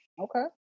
okay